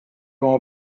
oma